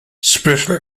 special